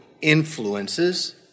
influences